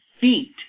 feet